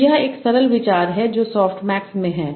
तो यह एक सरल विचार है जो सॉफ्टमैक्स में है